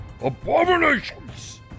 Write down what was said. abominations